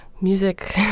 music